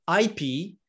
IP